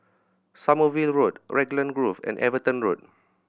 Sommerville Road Raglan Grove and Everton Road